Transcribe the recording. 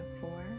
four